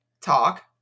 talk